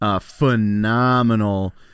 Phenomenal